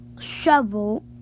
shovel